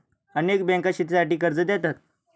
अनेक बँका शेतीसाठी कर्ज देतात